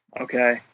okay